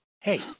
hey